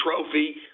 Trophy